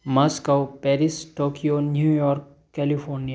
Moscow Paris Tokyo New York California